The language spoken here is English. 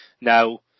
Now